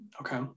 okay